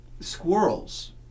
Squirrels